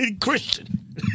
Christian